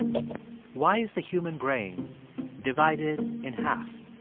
why is the human brain divided in half?